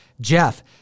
Jeff